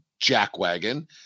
jackwagon